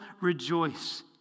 rejoice